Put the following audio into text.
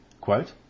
quote